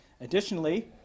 Additionally